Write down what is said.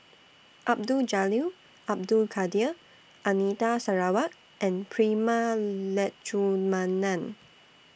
Abdul Jalil Abdul Kadir Anita Sarawak and Prema Letchumanan